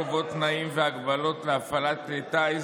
ככל שבתוך שבועיים לא מתקבלת החלטה על ידי